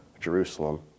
Jerusalem